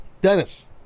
Dennis